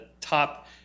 top